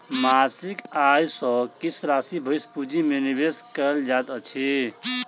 मासिक आय सॅ किछ राशि भविष्य पूंजी में निवेश कयल जाइत अछि